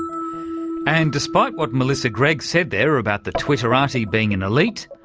and despite what melissa greg said there about the twitterati being an elite,